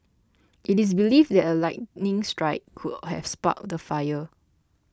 it is believed that a lightning strike could have sparked the fire